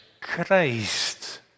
Christ